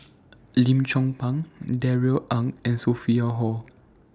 Lim Chong Pang Darrell Ang and Sophia Hull